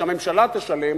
שהממשלה תשלם,